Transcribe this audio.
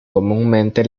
comúnmente